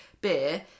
beer